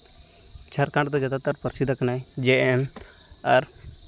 ᱡᱷᱟᱲᱠᱷᱚᱸᱰ ᱨᱮᱫᱚ ᱡᱟᱫᱟᱛᱟᱨ ᱯᱟᱹᱨᱥᱤ ᱫᱚ ᱠᱟᱱᱟᱭ ᱡᱮ ᱮᱢ ᱟᱨ